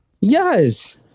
Yes